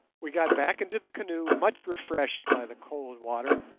we got back into the canoe much refreshed by the cold water,